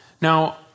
Now